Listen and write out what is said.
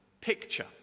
picture